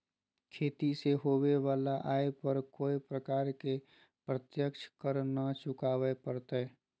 खेती से होबो वला आय पर कोय प्रकार के प्रत्यक्ष कर नय चुकावय परतय